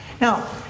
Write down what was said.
Now